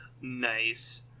Nice